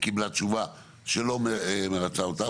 היא קיבלה תשובה שלא מרצה אותה.